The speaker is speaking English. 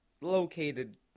located